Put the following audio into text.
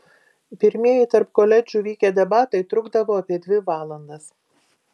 pirmieji tarp koledžų vykę debatai trukdavo apie dvi valandas